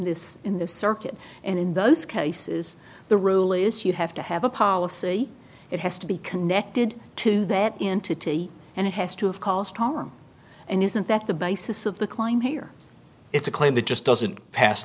this in this circuit and in those cases the rule is you have to have a policy it has to be connected to that entity and it has to have caused harm and isn't that the basis of the claim here it's a claim that just doesn't